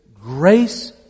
grace